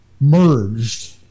merged